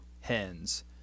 hens